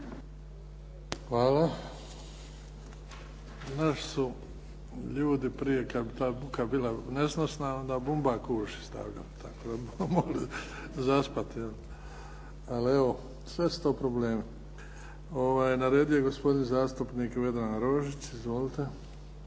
Hvala. Naši su ljudi prije kad bi ta buka bila nesnosna, onda … /Govornik se ne razumije./ … stavljali da bi mogli zaspati. Ali evo, sve su to problemi. Na redu je gospodin zastupnik Vedran Rožić. Izvolite.